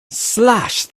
slash